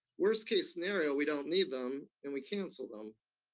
worst case scenario, we don't need them, and we cancel them.